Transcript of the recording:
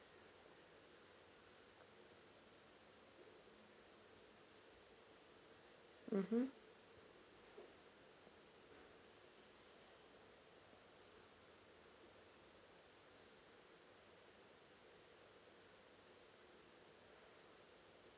mmhmm